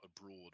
abroad